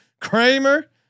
Kramer